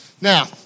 Now